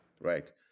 right